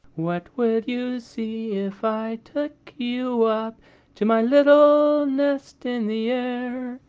what would you see if i took you up to my little nest in the air?